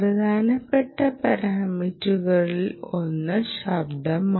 പ്രധാനപ്പെട്ട പാരാമീറ്ററുകളിൽ ഒന്ന് ശബ്ദമാണ്